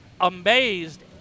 amazed